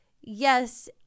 yes